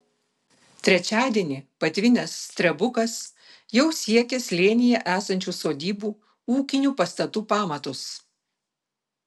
trečiadienį patvinęs strebukas jau siekė slėnyje esančių sodybų ūkinių pastatų pamatus